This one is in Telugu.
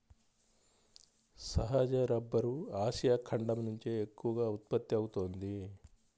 సహజ రబ్బరు ఆసియా ఖండం నుంచే ఎక్కువగా ఉత్పత్తి అవుతోంది